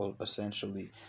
essentially